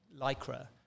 Lycra